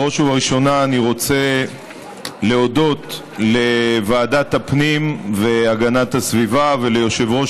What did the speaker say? בראש וראשונה אני רוצה להודות לוועדת הפנים והגנת הסביבה וליושב-ראש